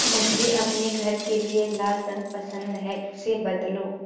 मुझे अपने घर के लिए लाल रंग पसंद है इसे बदलो